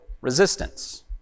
resistance